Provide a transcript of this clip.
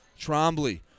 Trombley